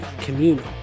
communal